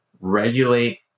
regulate